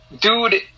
dude